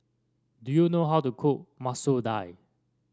do you know how to cook Masoor Dal